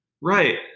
right